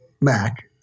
Mac